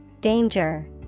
Danger